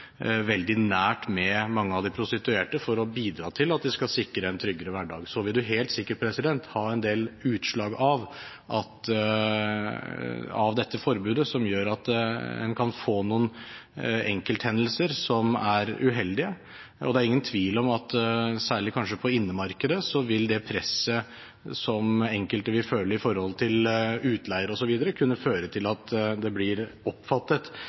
veldig nært med mange av de prostituerte for å bidra til å sikre en tryggere hverdag. Så vil man helt sikkert ha en del utslag av dette forbudet som gjør at man kan få noen enkelthendelser som er uheldige. Det er ingen tvil om at særlig kanskje på innemarkedet vil det presset som enkelte vil føle i forhold til utleier osv., kunne føre til at det blir oppfattet